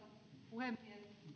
puhemies